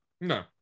no